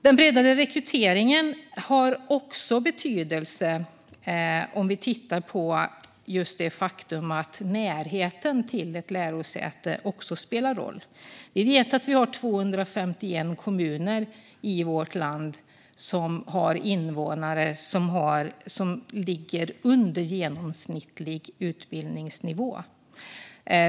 Den breddade rekryteringen har också betydelse när det gäller det faktum att närheten till ett lärosäte spelar roll. Vi vet att vi har 251 kommuner i vårt land som har invånare som ligger under genomsnittlig utbildningsnivå.